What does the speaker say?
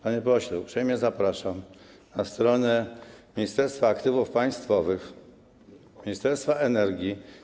Panie pośle, uprzejmie zapraszam na stronę Ministerstwa Aktywów Państwowych, Ministerstwa Energii.